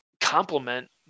complement